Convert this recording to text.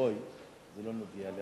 גוי ולא מבין,